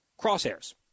crosshairs